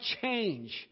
change